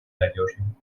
надежным